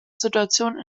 situation